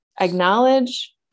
acknowledge